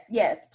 yes